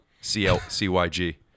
C-L-C-Y-G